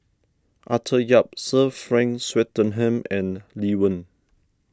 Arthur Yap Sir Frank Swettenham and Lee Wen